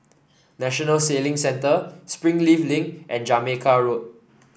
National Sailing Centre Springleaf Link and Jamaica Road